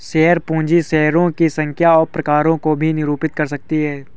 share पूंजी शेयरों की संख्या और प्रकारों को भी निरूपित कर सकती है